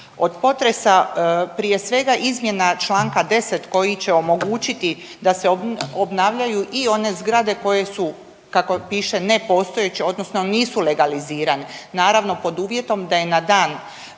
od potresa. Prije svega izmjena Članka 10. koji će omogućiti da se obnavljaju i one zgrade koje su kako piše nepostojeće odnosno nisu legalizirane naravno pod uvjetom da je na dan